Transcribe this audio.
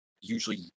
usually